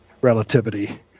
relativity